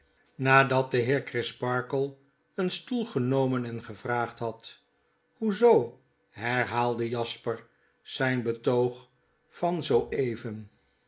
nadat de heer crisparkle een stoel genomen en gevraagd had hoe zoo herhaalde jasper zijn betoog van zoo even